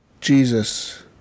Jesus